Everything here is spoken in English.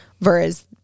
versus